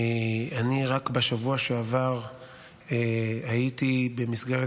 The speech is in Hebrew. רק בשבוע שעבר הייתי במסגרת